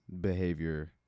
behavior